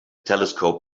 telescope